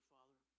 Father